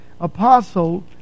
apostle